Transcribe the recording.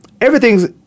Everything's